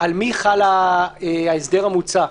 על מי חל ההסדר המוצע?